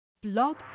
Blog